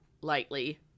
lightly